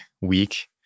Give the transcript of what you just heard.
week